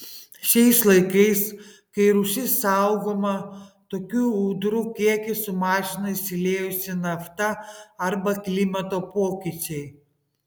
šiais laikais kai rūšis saugoma tokių ūdrų kiekį sumažina išsiliejusi nafta arba klimato pokyčiai